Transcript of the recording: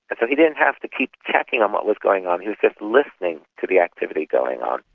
but so he didn't have to keep checking on what was going on, he was just listening to the activity going on.